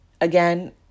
Again